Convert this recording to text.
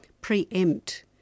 Preempt